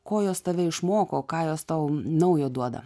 ko jos tave išmoko ką jos tau naujo duoda